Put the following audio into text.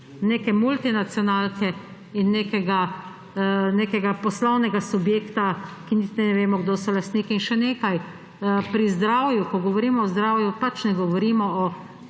neke multinacionalke in nekega poslovnega subjekta, ko niti ne vemo, kdo so lastniki. In še nekaj. Pri zdravju, ko govorimo o zdravju, pač ne govorimo o